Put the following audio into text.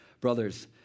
brothers